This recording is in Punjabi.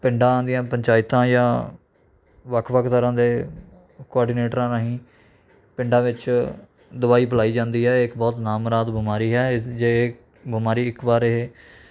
ਪਿੰਡਾਂ ਦੀਆਂ ਪੰਚਾਇਤਾਂ ਜਾਂ ਵੱਖ ਵੱਖ ਤਰ੍ਹਾਂ ਦੇ ਕੁਆਰਡੀਨੇਟਰਾਂ ਰਾਹੀਂ ਪਿੰਡਾਂ ਵਿੱਚ ਦਵਾਈ ਪਿਲਾਈ ਜਾਂਦੀ ਹੈ ਇਹ ਇੱਕ ਬਹੁਤ ਨਾ ਮੁਰਾਦ ਬਿਮਾਰੀ ਹੈ ਜੇ ਇਹ ਬੀਮਾਰੀ ਇੱਕ ਵਾਰ ਇਹ